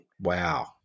Wow